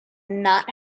not